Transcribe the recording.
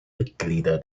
mitglieder